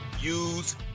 use